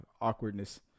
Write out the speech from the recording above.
awkwardness